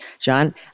John